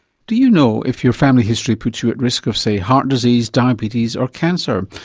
do you know if your family history puts you at risk of, say, heart disease, diabetes or cancer,